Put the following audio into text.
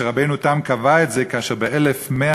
שרבנו תם קבע את זה כאשר ב-1171,